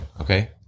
okay